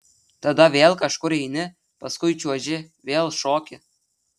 tada vėl kažkur eini paskui čiuoži vėl šoki